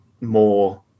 more